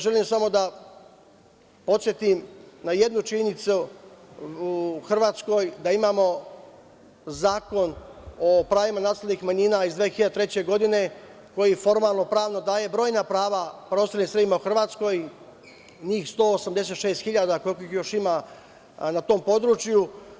Želim samo da podsetim na jednu činjenicu u Hrvatskoj imamo Zakon o pravima nacionalnih manjina iz 2003. godine, koji formalno pravno daje brojna prava preostalim Srbima u Hrvatskoj, njih 186 hiljada, koliko ih još ima na tom području.